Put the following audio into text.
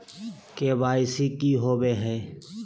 KYC की हॉबे हय?